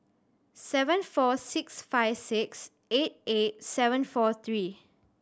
seven four six five six eight eight seven four three